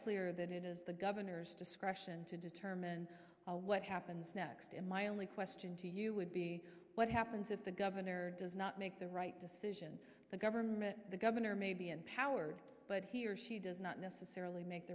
clear that it is the governor's discretion to determine what happens next and my only question to you would be what happens if the governor does not make the right decision the government the governor may be empowered but he or she does not necessarily make